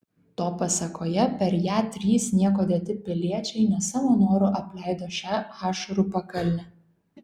to pasėkoje per ją trys nieko dėti piliečiai ne savo noru apleido šią ašarų pakalnę